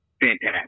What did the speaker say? Fantastic